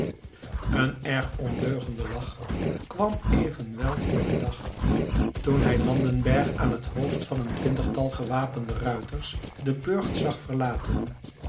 een erg ondeugende lach kwam evenwel voor den dag toen hij landenberg aan het hoofd van een twintigtal gewapende ruiters den burcht zag verlaten